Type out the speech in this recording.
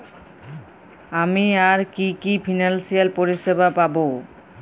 আমি আর কি কি ফিনান্সসিয়াল পরিষেবা পাব?